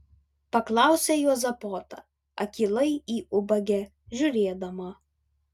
paklausė juozapota akylai į ubagę žiūrėdama